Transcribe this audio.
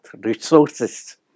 resources